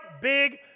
big